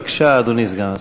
בבקשה, אדוני סגן השר.